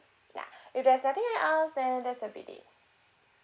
ya if there's nothing else then there's a